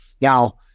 Now